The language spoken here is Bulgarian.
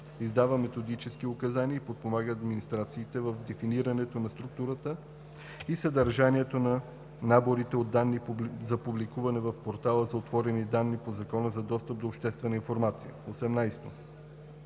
издава методически указания и подпомага администрациите в дефинирането на структурата и съдържанието на наборите от данни за публикуване в Портала за отворени данни по Закона за достъп до обществена информация;